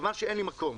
מכיוון שאין לי מקום.